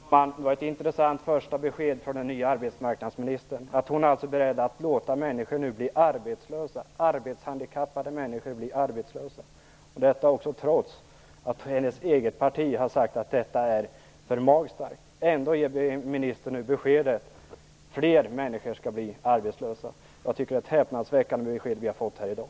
Fru talman! Det var ett intressant första besked från den nya arbetsmarknadsministern. Hon är alltså beredd att låta arbetshandikappade människor bli arbetslösa trots att hennes eget parti har sagt att detta är för magstarkt. Ändå ger ministern nu beskedet att fler människor skall bli arbetslösa. Jag tycker att det är ett häpnadsväckande besked vi har fått här i dag.